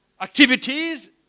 activities